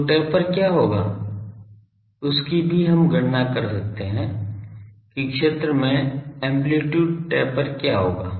तो टेपर क्या होगा उसकी भी हम गणना कर सकते हैं कि क्षेत्र में एम्पलीटूड टेपर क्या होगा